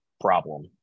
problem